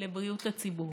לבריאות הציבור.